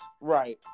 Right